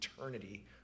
eternity